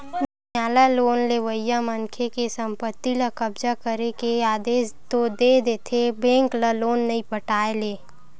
नियालय लोन लेवइया मनखे के संपत्ति ल कब्जा करे के आदेस तो दे देथे बेंक ल लोन नइ पटाय ले